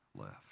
left